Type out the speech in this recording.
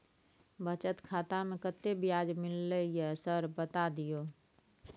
बचत खाता में कत्ते ब्याज मिलले ये सर बता दियो?